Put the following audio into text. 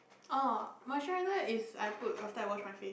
oh moisturizer is I put after I wash my face